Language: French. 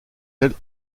ailes